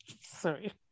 Sorry